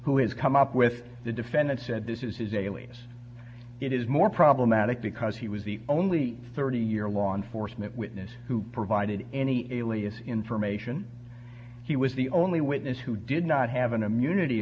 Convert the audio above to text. who has come up with the defendant said this is his alias it is more problematic because he was the only thirty year law enforcement witness who provided any alias information he was the only witness who did not have an immunity